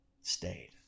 stayed